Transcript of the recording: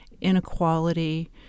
inequality